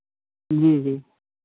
जी जी